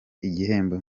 igihembo